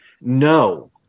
No